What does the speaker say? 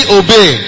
obey